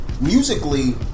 musically